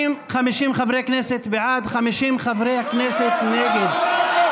50 חברי כנסת בעד, 50 חברי הכנסת נגד.